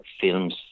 films